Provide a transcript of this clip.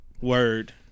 word